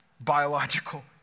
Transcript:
biological